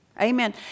Amen